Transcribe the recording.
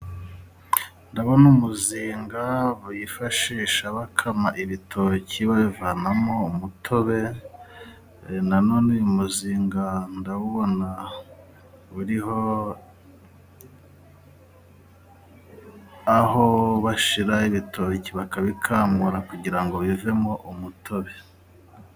Ndabona umuzinga biyifashisha bakama ibitoki babivanamo umutobe nanone uyu muzinga ndawubona buriho aho bashira ibitoki bakabikamura kugira ngo bivemo umutobe.